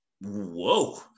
Whoa